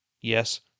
Yes